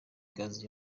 gaz